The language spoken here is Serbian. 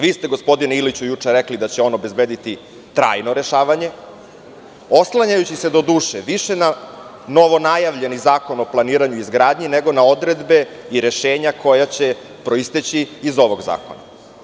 Vi ste, gospodine Iliću, juče rekli da će ono obezbediti trajno rešavanje, oslanjajući se, doduše, više na novonajavljeni zakon o planiranju i izgradnji nego na odredbe i rešenja koja će proisteći iz ovog zakona.